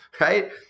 right